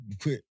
quit